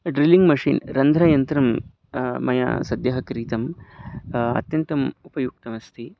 drilling machine रन्ध्रयन्त्रं मया सद्यः क्रीतं अत्यन्तम् उपयुक्तमस्ति